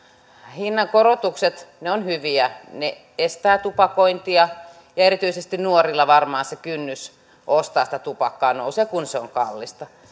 hinnankorotukset ovat hyviä ne estävät tupakointia ja erityisesti nuorilla varmaan se kynnys ostaa sitä tupakkaa nousee kun se on kallista